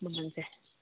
ꯃꯃꯟꯁꯦ